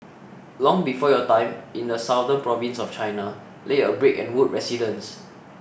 long before your time in the southern province of China lay a brick and wood residence